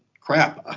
crap